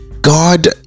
God